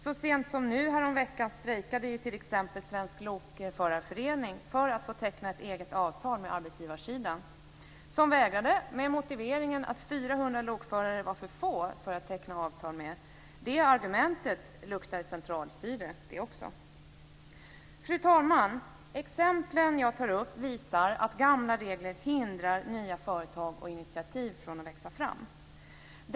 Så sent som häromveckan strejkade t.ex. Svensk Lokförarförening för att få teckna ett eget avtal med arbetsgivarsidan, som vägrade med motiveringen att 400 lokförare var för få att teckna avtal med. Också det argumentet luktar centralstyre. Fru talman! De exempel som jag tar upp visar att gamla regler hindrar nya företag och initiativ från att växa fram.